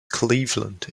cleveland